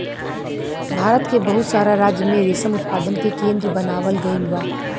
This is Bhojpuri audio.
भारत के बहुत सारा राज्य में रेशम उत्पादन के केंद्र बनावल गईल बा